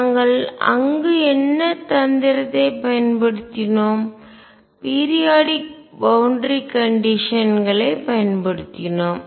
நாங்கள் அங்கு என்ன தந்திரத்தைப் பயன்படுத்தினோம் பீரியாடிக் பவுண்டரி கண்டிஷன் எல்லை நிபந்தனை களைப் பயன்படுத்தினோம்